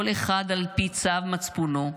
כל אחד על פי צו מצפונו.